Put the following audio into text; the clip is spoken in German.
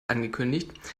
angekündigt